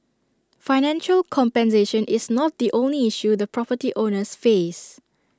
financial compensation is not the only issue the property owners face